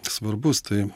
svarbus tai